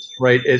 right